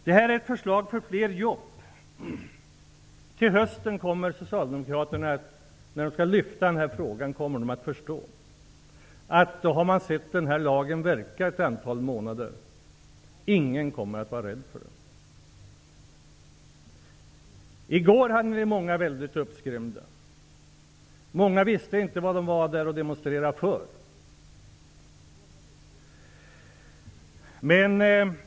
Detta är ett förslag för fler jobb. Till hösten när Socialdemokraterna skall lyfta den här frågan kommer de att förstå detta. Då har vi sett den här lagen verka ett antal månader. Ingen kommer att vara rädd för den. I går hade vi väldigt många uppskrämda här. Många visste inte vad de demonstrerade för.